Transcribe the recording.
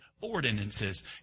ordinances